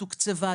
תוקצבה,